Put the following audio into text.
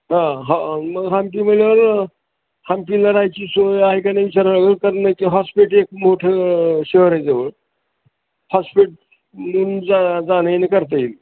हा ह मग हंपी म्हणल्यावर हंपीला राहायची सोय आहे की नाही विचारावं लागेल कारण नाही का हॉस्पेट एक मोठं शहर आहे जवळ हॉस्पेटहून जा जाणं येणं करता येईल